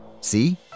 See